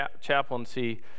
chaplaincy